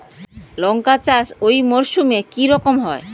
লঙ্কা চাষ এই মরসুমে কি রকম হয়?